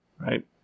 right